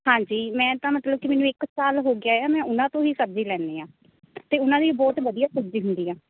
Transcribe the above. ਹਾਂਜੀ ਮੈਂ ਤਾਂ ਮਤਲਬ ਕਿ ਮੈਨੂੰ ਇੱਕ ਸਾਲ ਹੋ ਗਿਆ ਆ ਮੈਂ ਉਹਨਾਂ ਤੋਂ ਹੀ ਸਬਜ਼ੀ ਲੈਂਦੀ ਹਾਂ ਅਤੇ ਉਹਨਾਂ ਦੀਆਂ ਬਹੁਤ ਵਧੀਆ ਸਬਜ਼ੀ ਹੁੰਦੀ ਆ